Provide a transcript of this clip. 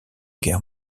guerre